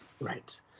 right